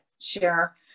Share